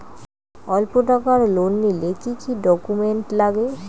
অল্প টাকার লোন নিলে কি কি ডকুমেন্ট লাগে?